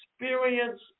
experience